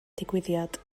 digwyddiad